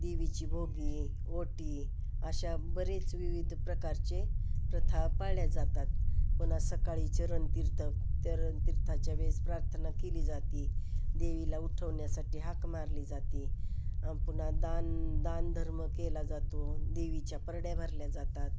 देवीची भोगी ओटी अशा बरेच विविध प्रकारचे प्रथा पाळल्या जातात पुन्हा सकाळीचे रणतीर्थ त्या रणतीर्थाच्या वेळेस प्रार्थना केली जाती देवीला उठवण्यासाठी हाक मारली जाती पुन्हा दान दान धर्म केला जातो देवीच्या परड्या भरल्या जातात